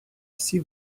всі